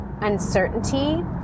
uncertainty